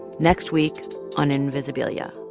next week on invisibilia